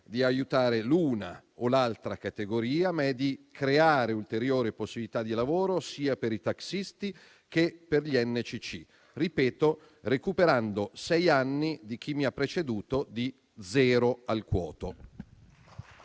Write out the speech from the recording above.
ad aiutare l'una o l'altra categoria, ma piuttosto a creare ulteriori possibilità di lavoro sia per i taxisti che per gli NCC, recuperando - ripeto - i sei anni, di chi mi ha preceduto, di zero al quoto.